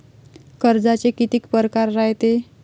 कर्जाचे कितीक परकार रायते?